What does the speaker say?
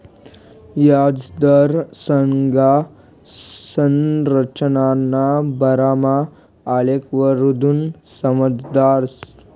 याजदर संज्ञा संरचनाना बारामा आलेखवरथून समजाडतस